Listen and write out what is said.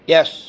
Yes